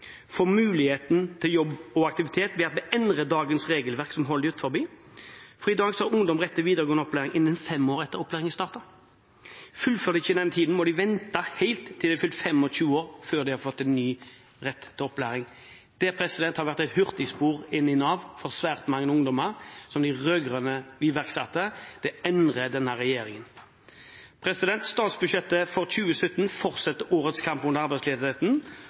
få muligheten til jobb og aktivitet ved at vi endrer dagens regelverk som holder dem utenfor. I dag har ungdom rett til videregående opplæring innen fem år etter at opplæringen startet. Fullfører de ikke innen tiden, må de vente til de har fylt 25 år, før de får ny rett til videregående opplæring. Det har vært et hurtigspor inn i Nav for svært mange ungdommer, som de rød-grønne iverksatte. Det endrer denne regjeringen. Statsbudsjettet for 2017 fortsetter årets kamp mot arbeidsledigheten